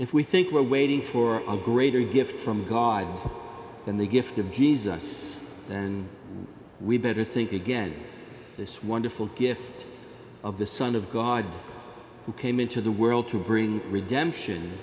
if we think we're waiting for a greater gift from god than the gift of jesus then we better think again this wonderful gift of the son of god who came into the world to bring redemption